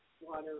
Water